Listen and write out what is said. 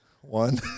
One